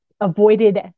avoided